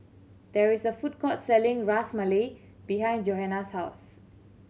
there is a food court selling Ras Malai behind Johanna's house